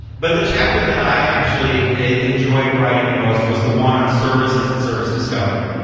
but the chapter that i actually enjoyed writing the most was the one on services and service discovery,